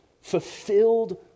fulfilled